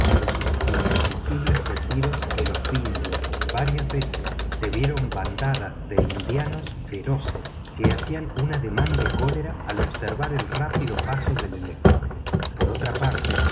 en sus inaccesibles retiros de los vindhias varias veces se vieron bandadas de hindúes feroces que hacían un ademán de cólera al observar el rápido paso del elefante por otra parte